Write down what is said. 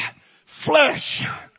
flesh